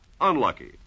Unlucky